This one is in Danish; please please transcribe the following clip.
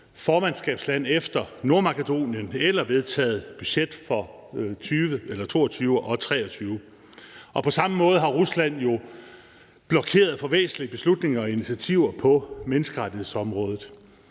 formandskabsland efter Nordmakedonien eller vedtaget et budget for 2022 og 2023. Og på samme måde har Rusland jo blokeret for væsentlige beslutninger og initiativer på menneskerettighedsområdet.